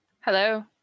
Hello